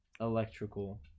electrical